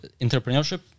entrepreneurship